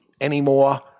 anymore